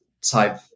type